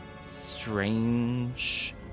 strange